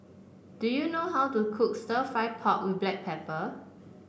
do you know how to cook stir fry pork with Black Pepper